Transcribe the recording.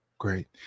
Great